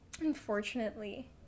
unfortunately